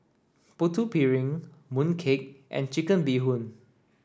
Putu Piring Mooncake and chicken bee hoon